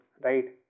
right